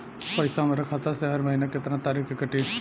पैसा हमरा खाता से हर महीना केतना तारीक के कटी?